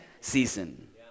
season